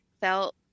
felt